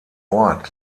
ort